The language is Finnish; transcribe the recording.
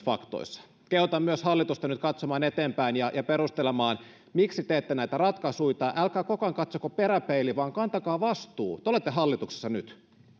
faktoissa kehotan myös hallitusta nyt katsomaan eteenpäin ja ja perustelemaan miksi teette näitä ratkaisuita älkää koko ajan katsoko peräpeiliin vaan kantakaa vastuu te olette hallituksessa nyt